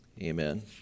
Amen